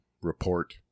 report